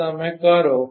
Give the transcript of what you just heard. જો તમે કરો